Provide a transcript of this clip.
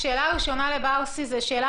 השאלה הראשונה לברסי היא שאלה,